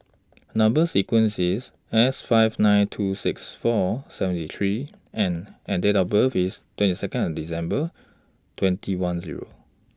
Number sequence IS S five nine two six four seventy three N and and Date of birth IS twenty Second of December twenty one Zero